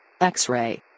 X-ray